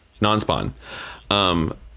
non-spawn